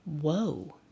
Whoa